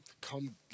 come